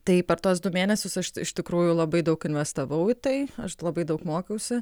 tai per tuos du mėnesius aš iš tikrųjų labai daug investavau į tai aš labai daug mokiausi